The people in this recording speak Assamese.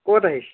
ক'ত আহিছে